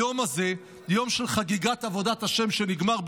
היום הזה, יום של חגיגת עבודת ה' שנגמר במוות,